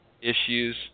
issues